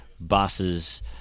buses